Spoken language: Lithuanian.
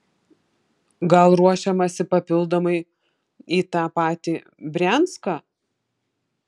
gal ruošiamasi papildomai į tą patį brianską